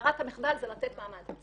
ברירת המחדל זה לתת מעמד.